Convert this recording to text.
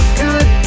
good